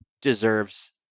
deserves